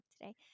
today